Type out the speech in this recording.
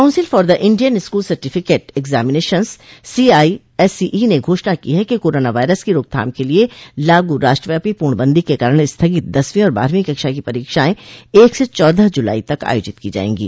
council for the Indian school certificate examinations CISCE ने घोषणा की है कि कोरोना वायरस की रोकथाम के लिए लागू राष्ट्रव्यापी पूर्णबंदी के कारण स्थगित दसवीं और बारहवीं कक्षा की परीक्षाएं एक से चौदह जुलाई तक आयोजित की जाएंगी